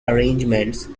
arrangements